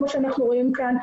כמו שאנחנו רואים כאן,